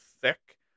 Thick